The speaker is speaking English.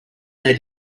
there